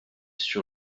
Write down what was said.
sur